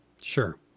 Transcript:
Sure